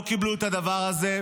לא קיבלו את הדבר הזה,